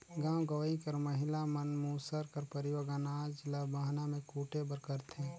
गाँव गंवई कर महिला मन मूसर कर परियोग अनाज ल बहना मे कूटे बर करथे